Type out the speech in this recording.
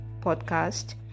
Podcast